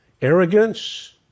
arrogance